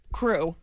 crew